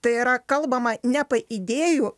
tai yra kalbama ne apie idėjų